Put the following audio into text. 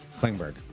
Klingberg